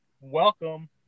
welcome